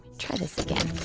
try this again.